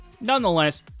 nonetheless